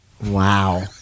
Wow